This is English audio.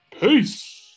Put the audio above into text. Peace